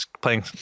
playing